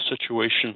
situation